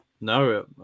No